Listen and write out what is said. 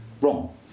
wrong